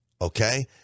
okay